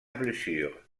blessure